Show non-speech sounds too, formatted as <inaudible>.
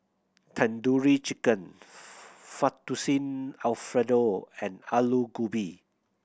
Tandoori Chicken <unintelligible> Fettuccine Alfredo and Alu Gobi